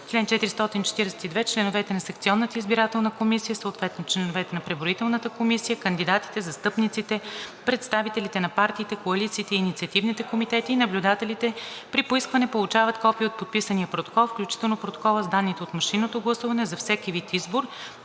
442. Членовете на секционната избирателна комисия, съответно членовете на преброителната комисия, кандидатите, застъпниците, представителите на партиите, коалициите и инициативните комитети и наблюдателите при поискване получават копие от подписания протокол, включително протокола с данните от машинното гласуване, за всеки вид избор,